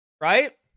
Right